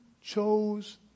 chose